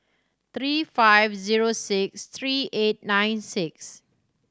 three five zero six three eight nine six